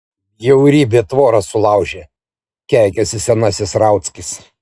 bjaurybė tvorą sulaužė keikiasi senasis rauckis